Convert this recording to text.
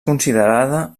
considerada